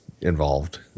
involved